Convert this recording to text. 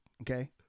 okay